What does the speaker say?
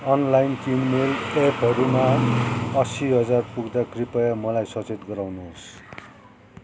online किनमेल एपहरूमा असी हजार पुग्दा कृपया मलाई सचेत गराउनुहोस्